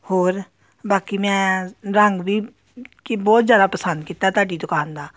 ਹੋਰ ਬਾਕੀ ਮੈਂ ਰੰਗ ਵੀ ਕਿ ਬਹੁਤ ਜ਼ਿਆਦਾ ਪਸੰਦ ਕੀਤਾ ਤੁਹਾਡੀ ਦੁਕਾਨ ਦਾ